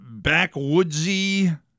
backwoodsy